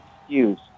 excuse